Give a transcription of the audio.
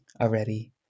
already